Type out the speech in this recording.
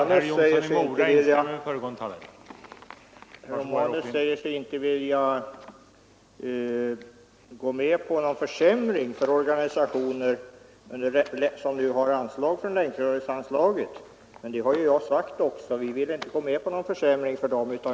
Herr talman! Herr Romanus säger sig inte vilja gå med på någon försämring för organisationer som nu har bidrag från länkrörelseanslaget. Men jag har ju också sagt att vi inte vill gå med på någon försämring för dem.